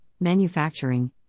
manufacturing